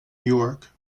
york